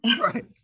right